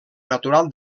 natural